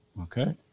Okay